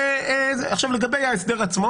עכשיו, לגבי ההסדר עצמו,